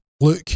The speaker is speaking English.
look